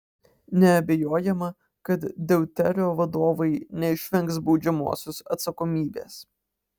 neabejojama kad deuterio vadovai neišvengs baudžiamosios atsakomybės